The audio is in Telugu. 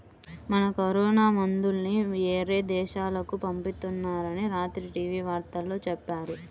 మన కరోనా మందుల్ని యేరే దేశాలకు పంపిత్తున్నారని రాత్రి టీవీ వార్తల్లో చెప్పారు